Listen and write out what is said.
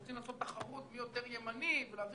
צריכים לעשות תחרות מי יותר ימני ולהעביר